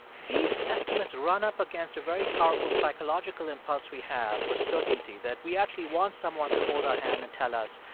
these estimates run up against a very powerful psychological impulse we have for certainty, that we actually want someone to hold our hand and tell us,